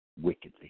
wickedly